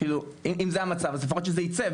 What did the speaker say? אם זה המצב אז לפחות שזה יצא.